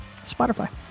Spotify